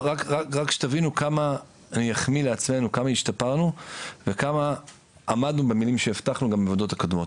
רק שתבינו כמה השתפרנו וכמה עמדנו במילים שהבטחנו גם בוועדות הקודמות.